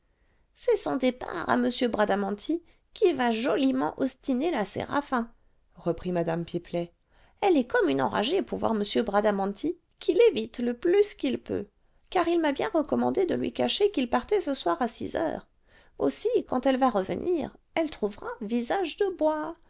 c'est son départ à m bradamanti qui va joliment ostiner la séraphin reprit mme pipelet elle est comme une enragée pour voir m bradamanti qui l'évite le plus qu'il peut car il m'a bien recommandé de lui cacher qu'il partait ce soir à six heures aussi quand elle va revenir elle trouvera visage de bois